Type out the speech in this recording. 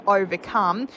overcome